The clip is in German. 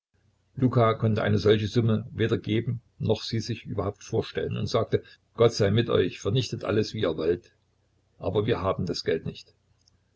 luka konnte eine solche summe weder geben noch sie sich überhaupt vorstellen und sagte gott sei mit euch vernichtet alles wie ihr wollt aber wir haben das geld nicht